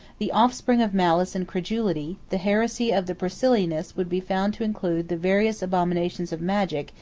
the offspring of malice and credulity, the heresy of the priscillianists would be found to include the various abominations of magic,